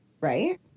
right